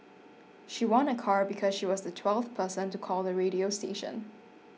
she won a car because she was the twelfth person to call the radio station